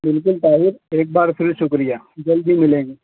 بالکل طاہر ایک بار پھر شکریہ جلد ہی ملیں گے